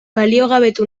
baliogabetu